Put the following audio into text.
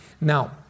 Now